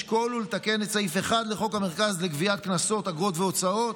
לשקול ולתקן את סעיף 1 לחוק המרכז לגביית קנסות אגרות והוצאות